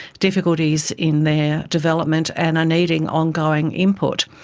difficulties in their development, and are needing ongoing input.